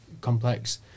complex